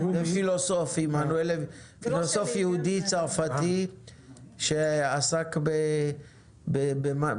נושא הטלוויזיה הוא תחום שאנחנו עוסקים בו הרבה,